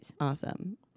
awesome